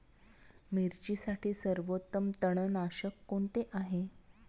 मिरचीसाठी सर्वोत्तम तणनाशक कोणते आहे?